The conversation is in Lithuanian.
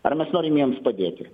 ar mes norim jiems padėti